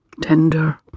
tender